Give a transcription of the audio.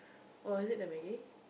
oh is it the Maggi